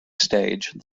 stage